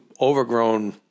overgrown